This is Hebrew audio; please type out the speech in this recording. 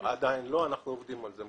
עדיין לא, אנחנו עובדים על זה.